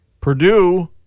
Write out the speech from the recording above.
Purdue